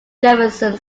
jefferson